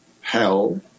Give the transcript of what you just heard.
hell